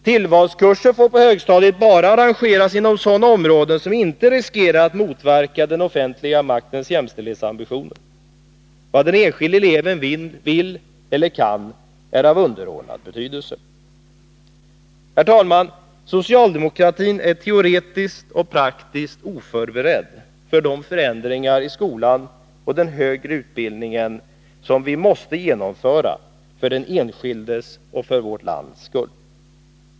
Tillvalskurser får på högstadiet bara arrangeras inom sådana områden som inte riskerar att motverka den offentliga maktens jämställdhetsambitioner. Vad den enskilde eleven vill eller kan är av underordnad betydelse. Herr talman! Socialdemokratin är teoretiskt och praktiskt oförberedd för de förändringar i skolan och den högre utbildningen som vi måste genomföra för den enskildes och för vårt lands skull.